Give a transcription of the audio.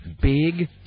big